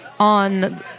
on